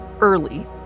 early